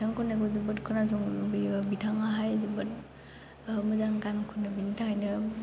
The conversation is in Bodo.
बिथां खन्नायखौ जोबोद खोनासंनो लुबैयो बिथाङाहाय जोबोद मोजां गान खनो बिनि थाखायनो